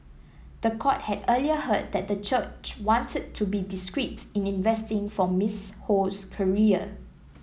the court had earlier heard that the church wanted to be discreet in investing for Miss Ho's career